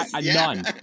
none